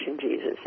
Jesus